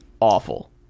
awful